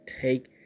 take